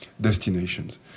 destinations